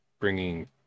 bringing